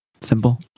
simple